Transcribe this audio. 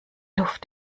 luft